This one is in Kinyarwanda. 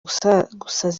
gusaza